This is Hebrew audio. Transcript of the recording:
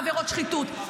עבירות שחיתות,